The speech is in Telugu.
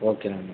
ఓకే అండి